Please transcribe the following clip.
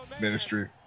Ministry